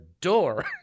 door